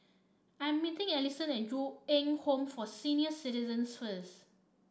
I'm meeting Ellison at Ju Eng Home for Senior Citizens first